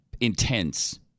intense